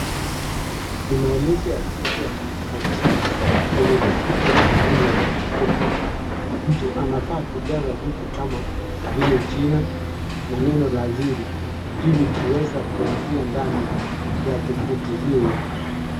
Ni maelezo ya jinsi ya kujisajili kwenye tovuti ya kampuni ya kopokopo. Mtu anafaa kujaza vitu kama vile jina na neno la siri ili kuweza kuingia ndani ya hiyo tofuti yao.